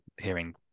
hearing